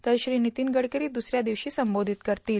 तर श्री नितीन गडकरी दुसऱ्या दिवशी संबोधित करतील